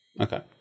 Okay